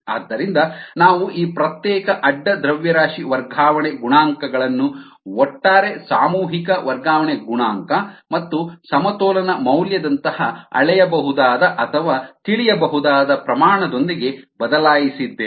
ಆದ್ದರಿಂದ ನಾವು ಈ ಪ್ರತ್ಯೇಕ ಅಡ್ಡ ದ್ರವ್ಯರಾಶಿ ವರ್ಗಾವಣೆ ಗುಣಾಂಕಗಳನ್ನು ಒಟ್ಟಾರೆ ಸಾಮೂಹಿಕ ವರ್ಗಾವಣೆ ಗುಣಾಂಕ ಮತ್ತು ಸಮತೋಲನ ಮೌಲ್ಯದಂತಹ ಅಳೆಯಬಹುದಾದ ಅಥವಾ ತಿಳಿಯಬಹುದಾದ ಪ್ರಮಾಣದೊಂದಿಗೆ ಬದಲಾಯಿಸಿದ್ದೇವೆ